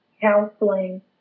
Counseling